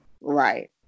Right